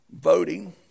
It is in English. voting